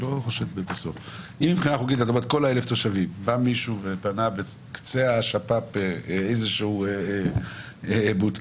אם בא מישהו ובנה בקצה השפ"פ איזשהו בוטקה,